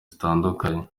zitandukanye